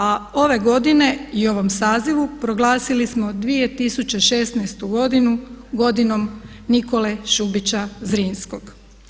A ove godine i u ovom sazivu proglasili smo 2016. godinu, godinom Nikole Šubića Zrinskog.